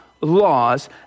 laws